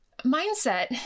Mindset